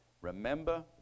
Remember